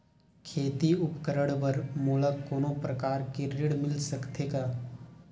खेती उपकरण बर मोला कोनो प्रकार के ऋण मिल सकथे का?